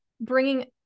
bringing